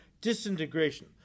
disintegration